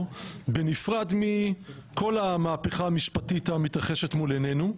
בנפרד מכל המהפכה המשפטית המתרחשת מול עינינו,